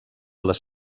les